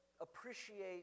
appreciate